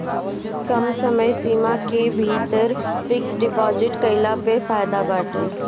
कम समय सीमा के भीतर फिक्स डिपाजिट कईला पअ फायदा बाटे